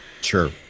Sure